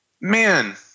man